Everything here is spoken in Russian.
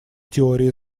теории